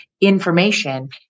information